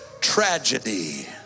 tragedy